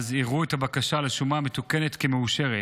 יראו את הבקשה על השומה המתוקנת כמאושרת.